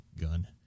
gun